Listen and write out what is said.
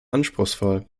anspruchsvoll